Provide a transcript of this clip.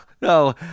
no